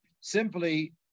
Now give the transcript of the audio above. simply